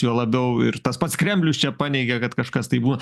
juo labiau ir tas pats kremlius čia paneigė kad kažkas tai bū